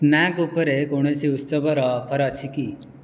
snack ଉପରେ କୌଣସି ଉତ୍ସବର ଅଫର୍ ଅଛି କି